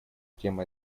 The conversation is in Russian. тема